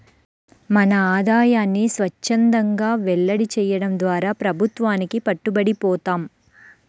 మన ఆదాయాన్ని స్వఛ్చందంగా వెల్లడి చేయడం ద్వారా ప్రభుత్వానికి పట్టుబడి పోతాం